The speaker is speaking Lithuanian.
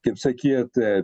kaip sakyt